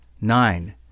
nine